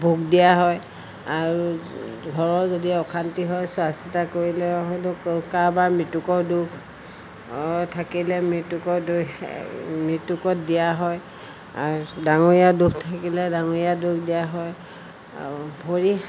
ভোগ দিয়া হয় আৰু ঘৰৰ যদি অশান্তি হয় চোৱা চিতা কৰিলে হয়তো কাৰোবাৰ মৃতকৰ দুখ থাকিলে মৃতকৰ দোষ মৃতকত দিয়া হয় আৰু ডাঙৰীয়া দোষ থাকিলে ডাঙৰীয়া দোষ দিয়া হয় আৰু ভৰি